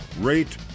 rate